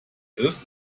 ist